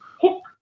hook